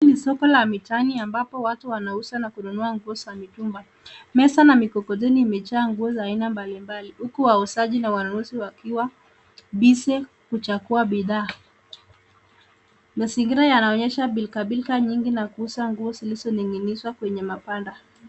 Hii ni soko la mitaani ampabo watu wanauza na kununua nguoa za mitumba ,meza na mikokoteni zimejaa aina ya nguo mbali mbali huku wauuzaji na wanunuzi wakiwa busy kuchangua bidhaa. Mazingira yanaoonyesha pilka pilka nyingi na kuuza nguo zilizoning'inizwa kwenye mabanda.